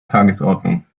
tagesordnung